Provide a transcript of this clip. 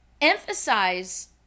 emphasize